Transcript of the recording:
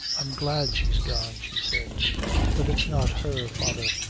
i'm glad she's gone, she said but it's not her, father,